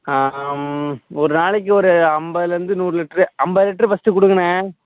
ஒரு நாளைக்கு ஒரு ஐம்பதுலருந்து நூறு லிட்ரு ஐம்பது லிட்ரு ஃபஸ்ட்டு கொடுங்கண்ண